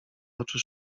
oczy